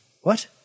What